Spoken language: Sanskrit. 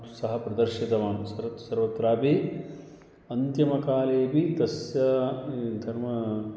सः प्रदर्शितवान् सर्वत्र सर्वत्रापि अन्तिमकालेपि तस्य धर्मः